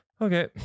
Okay